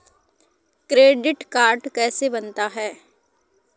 Credit card कैसे बनता है?